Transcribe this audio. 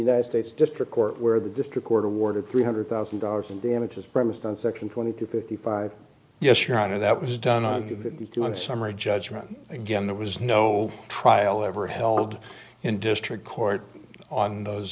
united states district court where the gift of court awarded three hundred thousand dollars in damages premised on section twenty two fifty five yes your honor that was done on doing summary judgment again there was no trial ever held in district court on those